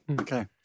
okay